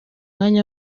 umwanya